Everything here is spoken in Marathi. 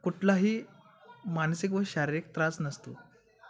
कुठलाही मानसिक व शारीरिक त्रास नसतो